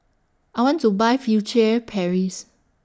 I want to Buy Furtere Paris